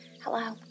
Hello